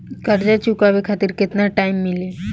कर्जा चुकावे खातिर केतना टाइम मिली?